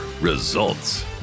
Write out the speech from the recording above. results